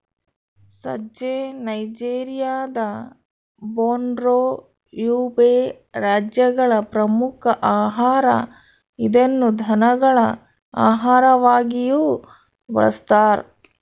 ಸಜ್ಜೆ ನೈಜೆರಿಯಾದ Borno, Yobe ರಾಜ್ಯಗಳ ಪ್ರಮುಖ ಆಹಾರ ಇದನ್ನು ದನಗಳ ಆಹಾರವಾಗಿಯೂ ಬಳಸ್ತಾರ